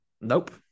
Nope